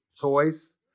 toys